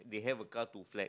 they have a car to flex